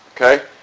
Okay